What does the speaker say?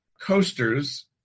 coasters